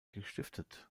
gestiftet